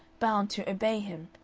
bound to obey him,